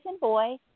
boy